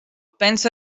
pensa